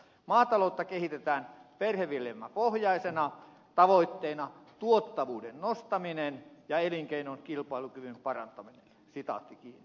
maataloutta kehitetään perheviljelmäpohjaisena tavoitteena tuottavuuden nostaminen ja elinkeinon kilpailukyvyn paraneminen